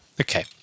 okay